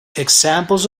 examples